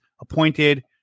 appointed